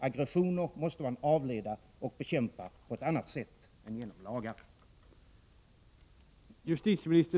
Aggressioner måste man avleda och bekämpa på ett annat sätt än genom lagar.